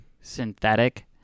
synthetic